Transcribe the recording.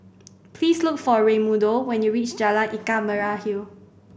please look for Raymundo when you reach Jalan Ikan Merah Hill